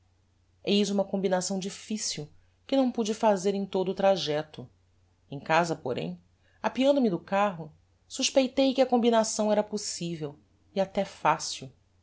eis uma combinação difficil que não pude fazer em todo o trajecto em casa porém apeando me do carro suspeitei que a combinação era possivel e até facil